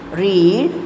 read